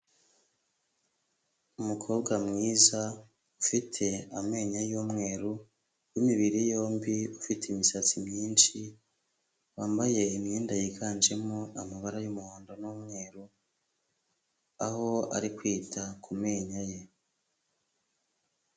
Umukobwa mwiza ufite amenyo y'umweru w'imibiri yombi ufite imisatsi myinshi, wambaye imyenda yiganjemo amabara y'umuhondo n'umweru aho ari kwita ku menyo ye.